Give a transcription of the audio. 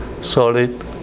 solid